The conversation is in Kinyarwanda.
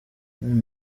mani